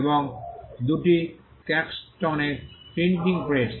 এবং দুটি ক্যাক্সটনের প্রিন্টিং প্রেস